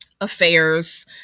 affairs